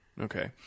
Okay